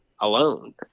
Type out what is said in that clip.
alone